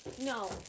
no